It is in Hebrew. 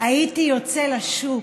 הייתי יוצא לשוק,